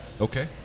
Okay